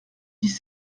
dix